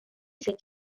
cet